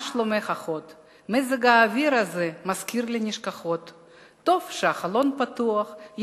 מה שלומך אחות / מזג האוויר הזה מזכיר לי נשכחות / טוב שהחלון פתוח,